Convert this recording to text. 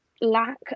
lack